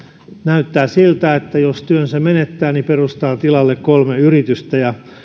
näyttää siltä että jos työnsä menettää niin perustaa tilalle kolme yritystä